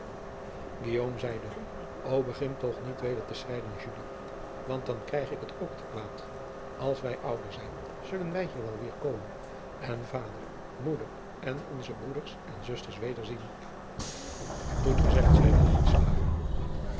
zeide o egin toch niet weder te schreijen want dan krijg ik het ook te kwaad als wij ouder zijn zullen wij hier wel weêr komen en vader moeder en onze broeders en zusters wederzien oed gezegd zeide